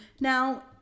now